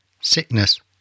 Sickness